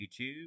YouTube